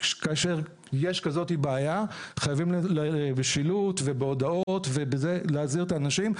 כאשר יש כזאת בעיה חייבים בשילוט ובהודעות להזהיר את האנשים.